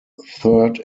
third